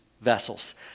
vessels